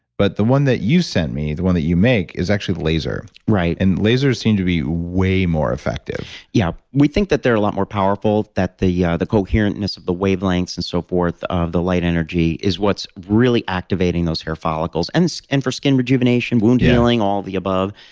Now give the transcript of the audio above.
but the one that you sent me, the one that you make, is actually laser right and lasers seem to be way more effective yeah. we think that they're a lot more powerful, that the yeah the coherentness of the wavelengths, and so forth, of the light energy, is what's really activating those hair follicles, and for skin rejuvenation, wound healing, all the above.